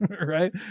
right